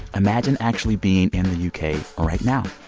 imagine actually being in the u k. right now.